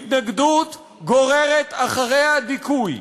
התנגדות גוררת אחריה דיכוי,